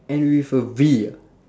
end with a V ah